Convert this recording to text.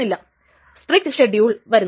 എല്ലാ റൈറ്റുകളും അവസാനം ചെയ്യാൻ വേണ്ടി വയ്ക്കും